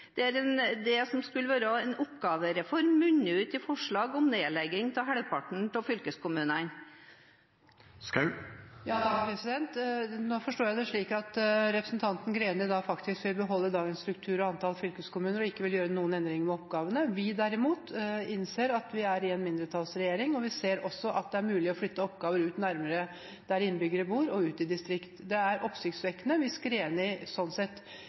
er det at det som skulle være en oppgavereform, munner ut i forslag om nedlegging av halvparten av fylkeskommunene? Nå forstår jeg det slik at representanten Greni vil beholde dagens struktur og antallet fylkeskommuner og ikke vil gjøre noen endringer i oppgavene. Vi derimot innser at vi er i en mindretallsregjering, og vi ser også at det er mulig å flytte oppgaver nærmere der innbyggere bor, og ut i distriktene. Det er oppsiktsvekkende